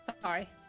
sorry